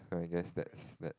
I guess that's that